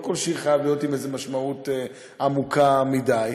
לא כל שיר חייב להיות עם איזו משמעות עמוקה מדי.